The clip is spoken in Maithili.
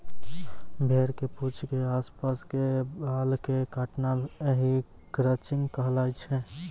भेड़ के पूंछ के आस पास के बाल कॅ काटना हीं क्रचिंग कहलाय छै